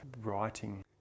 writing